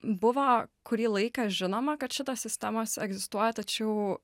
buvo kurį laiką žinoma kad šitos sistemos egzistuoja tačiau